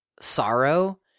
sorrow